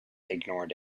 ignored